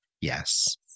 yes